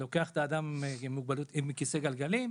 לוקח באמצעותה את האדם שבכיסא גלגלים,